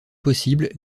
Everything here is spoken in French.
possible